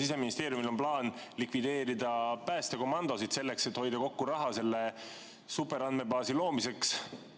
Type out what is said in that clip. Siseministeeriumil on plaan likvideerida päästekomandosid, selleks et hoida kokku raha selle superandmebaasi loomiseks,